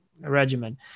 regimen